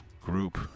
group